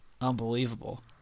Unbelievable